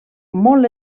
molt